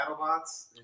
BattleBots